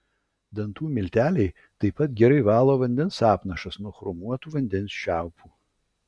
dantų milteliai taip pat gerai valo vandens apnašas nuo chromuotų vandens čiaupų